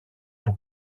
που